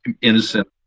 innocent